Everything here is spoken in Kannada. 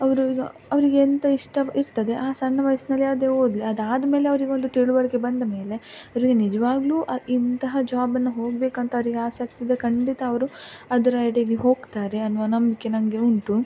ಅವರು ಈಗ ಅವರಿಗೆ ಎಂಥ ಇಷ್ಟ ಇರ್ತದೆ ಆ ಸಣ್ಣ ವಯಸ್ಸಿನಲ್ಲಿ ಅದೇ ಓದಲಿ ಅದು ಆದಮೇಲೆ ಅವರಿಗೊಂದು ತಿಳುವಳಿಕೆ ಬಂದಮೇಲೆ ಅವರಿಗೆ ನಿಜವಾಗ್ಲೂ ಇಂತಹ ಜಾಬನ್ನು ಹೋಗಬೇಕು ಅಂತ ಅವರಿಗೆ ಆಸಕ್ತಿಯಿದ್ದರೆ ಖಂಡಿತ ಅವರು ಅದರೆಡೆಗೆ ಹೋಗ್ತಾರೆ ಅನ್ನುವ ನಂಬಿಕೆ ನನಗೆ ಉಂಟು